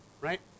Right